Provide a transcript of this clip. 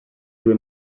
due